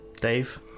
Dave